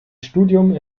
studium